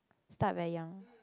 start very young